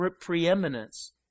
preeminence